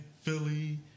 Philly